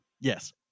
yes